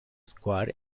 square